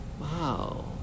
wow